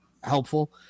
helpful